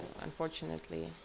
unfortunately